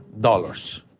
dollars